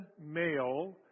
male